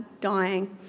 dying